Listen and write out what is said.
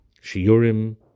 Shiurim